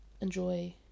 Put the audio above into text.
Enjoy